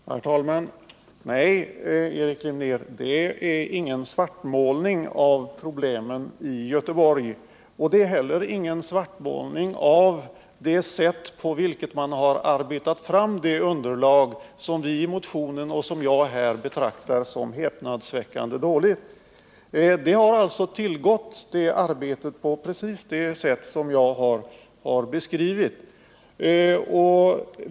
Herr talman! Nej, Erik Glimnér, det är inte fråga om någon svartmålning av problemen i Göteborg och inte heller av det sätt på vilket man har tagit fram det underlag som vi i motionen och jag här i debatten har betecknat som häpnadsväckande dåligt. Detta arbete har tillgått på precis det sätt som jag har beskrivit.